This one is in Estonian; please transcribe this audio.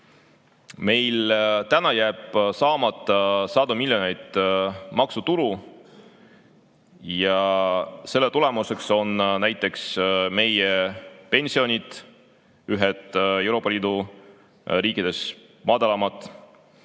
Meil jääb praegu saamata sadu miljoneid maksutulu ja selle tulemusena on näiteks meie pensionid ühed Euroopa Liidu riikide madalaimad.